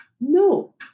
No